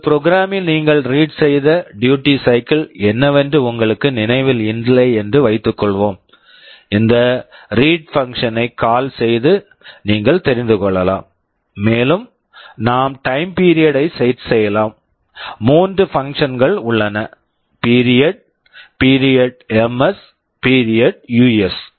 ஒரு program program ல் நீங்கள் செட் set செய்த டியூட்டி சைக்கிள் duty cycle என்னவென்று உங்களுக்கு நினைவில் இல்லை என்று வைத்துக்கொள்வோம் இந்த ரீட் read பங்ஷன் function ஐ கால் call செய்து நீங்கள் தெரிந்து கொள்ளலாம் மேலும் நாம் டைம் பீரியட் period ஐ செட் set செய்யலாம் மூன்று பங்ஷன்ஸ் functions கள் உள்ளன period period period M S period ms period U S period us